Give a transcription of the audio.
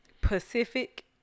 Pacific